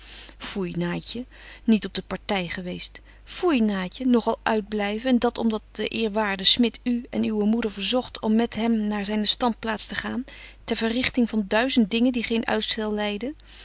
foei naatje niet op de party geweest foei naatje nog al uit blyven en dat om dat de eerwaarde smit u en uwe moeder verzogt om met hem naar zyne standplaats te gaan ter verrigting van duizend dingen die geen uitstel lyden